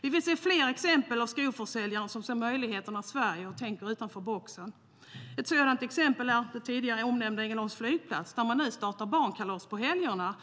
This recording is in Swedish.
Vi vill se fler exempel på skoförsäljaren som ser möjligheternas Sverige och tänker utanför boxen. Ett sådant exempel är den tidigare nämnda Ängelholms flygplats, som nu startat barnkalas på helgerna.